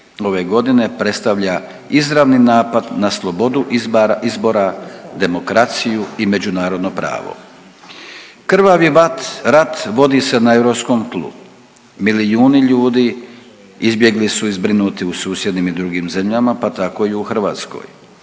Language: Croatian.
ove godine predstavlja izravni napad na slobodu izbora, demokraciju i međunarodno pravo. Krvavi rat vodi se na europskom tlu, milijuni ljudi izbjegli su i zbrinuti u susjednim i drugim zemljama pa tako i u Hrvatskoj.